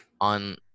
on